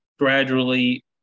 gradually